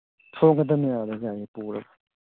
ꯊꯣꯡꯒꯗꯝꯅꯦ ꯑꯥꯗ ꯌꯥꯏꯌꯦ ꯄꯨꯔꯒ